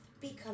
become